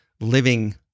living